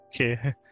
Okay